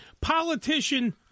politician